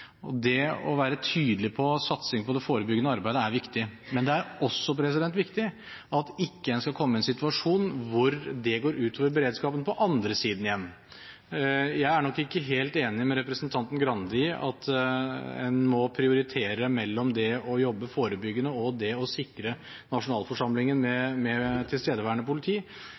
steder. Det å være tydelig på satsing på det forebyggende arbeidet er viktig, men det er også viktig at en ikke kommer i en situasjon hvor det går utover beredskapen på den andre siden igjen. Jeg er nok ikke helt enig med representanten Skei Grande i at en må prioritere mellom det å jobbe forebyggende og det å sikre nasjonalforsamlingen med